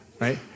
right